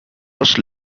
was